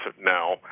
now